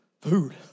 food